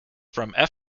from